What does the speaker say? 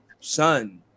son